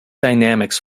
dynamics